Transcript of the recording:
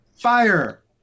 Fire